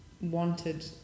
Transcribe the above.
wanted